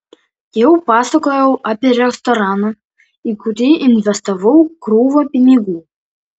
jau pasakojau apie restoraną į kurį investavau krūvą pinigų